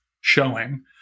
showing